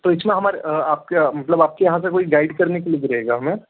तो इसमें हमर आप क्या मतलब आपके यहाँ से कोई गैड करने के लिए भी रहेगा हमें